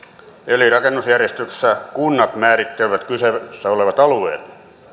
eli rakennusjärjestyksessä kunnat määrittävät kyseessä olevat alueet